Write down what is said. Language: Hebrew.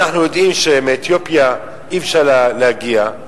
אנחנו יודעים שמאתיופיה אי-אפשר להגיע,